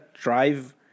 drive